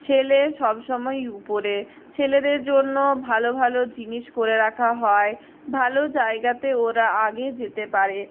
ছেলে সবসময়ই উপরে ছেলেদের জন্য ভালো ভালো জিনিস করে রাখা হয় ভালো জায়গাতে ওরা আগে যেতে পারে